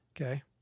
Okay